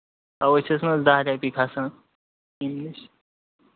تَوے چھَس نا دَہ رۄپیہِ کھسان ییٚمہِ نِش